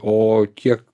o kiek